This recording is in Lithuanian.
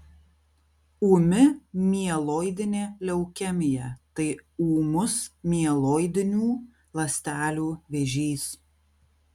ūmi mieloidinė leukemija tai ūmus mieloidinių ląstelių vėžys